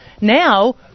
Now